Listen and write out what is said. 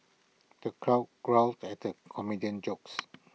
the crowd guffawed at the comedian's jokes